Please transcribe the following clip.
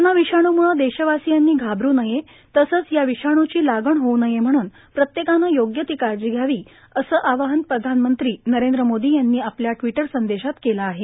corona विषाण्म्ळे देशवासियांनी घाबरु नये तसंच या विषाण्ची लागण होऊ नये म्हणून प्रत्येकानं योग्य ती काळजी घ्यावी असे आवाहन प्रधानमंत्री नरेंद्र मोदी यांनी आपल्या ट्विटर संदेशात केलं आहे